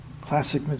classic